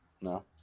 no